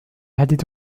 العديد